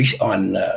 on